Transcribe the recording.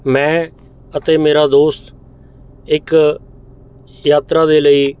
ਮੈਂ ਅਤੇ ਮੇਰਾ ਦੋਸਤ ਇੱਕ ਯਾਤਰਾ ਦੇ ਲਈ